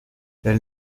elle